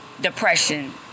depression